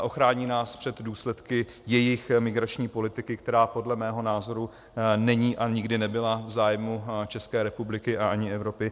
Ochrání nás před důsledky jejich migrační politiky, která podle mého názoru není a nikdy nebyla v zájmu České republiky a ani Evropy?